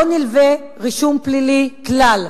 לא נלווה רישום פלילי כלל.